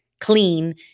clean